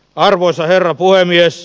arvoisa herra puhemies